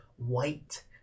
white